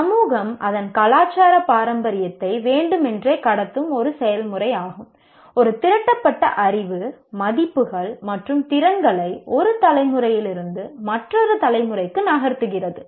சமூகம் அதன் கலாச்சார பாரம்பரியத்தை வேண்டுமென்றே கடத்தும் ஒரு செயல்முறையாகும் இது ஒரு திரட்டப்பட்ட அறிவு மதிப்புகள் மற்றும் திறன்கள் ஒரு தலைமுறையிலிருந்து மற்றொரு தலைமுறைக்கு நகர்த்துகிறது